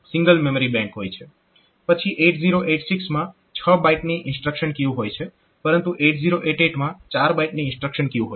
પછી 8086 માં 6 બાઈટની ઇન્સ્ટ્રક્શન ક્યુ હોય છે પરંતુ 8088 માં 4 બાઈટની ઇન્સ્ટ્રક્શન ક્યુ હોય છે